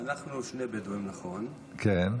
אנחנו שני בדואים, נכון,